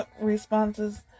responses